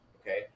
Okay